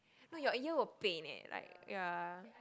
no your ear will pain eh like ya